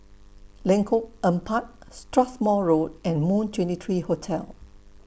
Lengkok Empat Strathmore Road and Moon twenty three Hotel